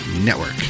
network